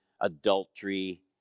adultery